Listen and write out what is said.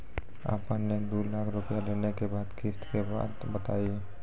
आपन ने दू लाख रुपिया लेने के बाद किस्त के बात बतायी?